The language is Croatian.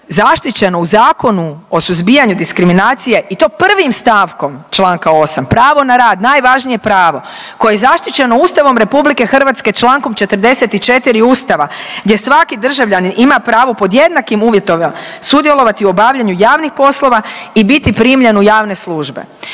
zaštićeno u Zakonu o suzbijanju diskriminacije i to prvim stavkom članka 8. pravo na rad, najvažnije pravo koje je zaštićeno Ustavom Republike Hrvatske člankom 44. Ustava gdje svaki državljanin ima pravo pod jednakim uvjetom sudjelovati u obavljanju javnih poslova i biti primljen u javne službe.